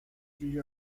tree